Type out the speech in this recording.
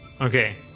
Okay